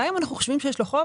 גם אם אנחנו חושבים שיש לו חוב